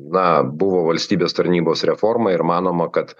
na buvo valstybės tarnybos reforma ir manoma kad